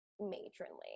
matronly